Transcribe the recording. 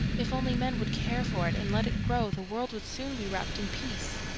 if only men would care for it and let it grow the world would soon be wrapped in peace.